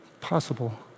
possible